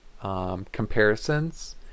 comparisons